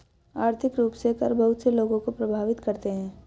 आर्थिक रूप से कर बहुत से लोगों को प्राभावित करते हैं